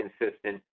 consistent